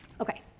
Okay